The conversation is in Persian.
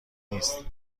نیست